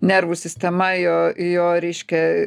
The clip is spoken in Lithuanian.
nervų sistema jo jo reiškia